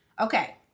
Okay